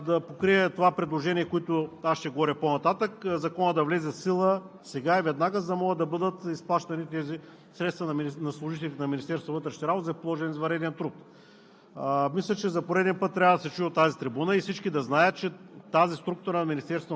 един ресурс, който не е оправдан, и съответно този ресурс може да бъде пренасочен да покрие предложението, за което ще говоря по-нататък, Законът да влезе в сила сега и веднага, за да могат да бъдат изплащани средствата на служителите на Министерството на вътрешните работи за положен извънреден труд.